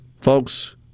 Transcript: folks